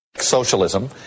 socialism